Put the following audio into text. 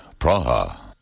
Praha